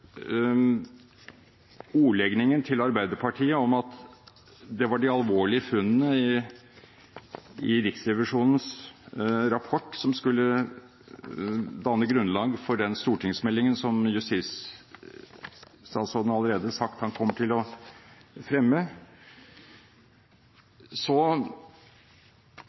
ordleggingen til Arbeiderpartiet, om at det var de alvorlige funnene i Riksrevisjonens rapport som skulle danne grunnlag for den stortingsmeldingen som statsråden allerede har sagt han kommer til å fremme, så